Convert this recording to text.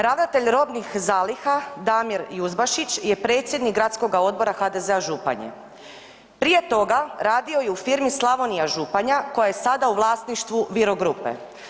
Ravnatelj robnih zaliha Damir Juzbašić je predsjednik Gradskoga odbora HDZ-a Županje, prije toga radio je u firmi Slavonija Županja koja je sada u vlasništvu Viro grupe.